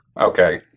Okay